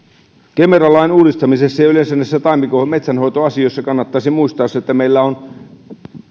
kemera lain uudistamisessa ja yleensä näissä taimikon ja metsänhoitoasioissa kannattaisi muistaa se että meillä on